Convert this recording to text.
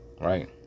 right